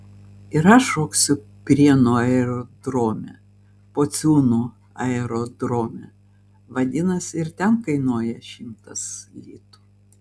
ir aš šoksiu prienų aerodrome pociūnų aerodrome vadinasi ir ten kainuoja šimtas litų